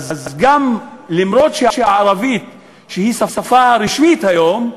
אף שהערבית היא שפה רשמית היום,